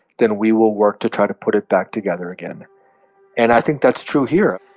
then we will work to try to put it back together again and i think that's true here.